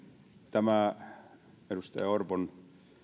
tämä edustaja orpon